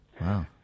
Wow